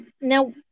Now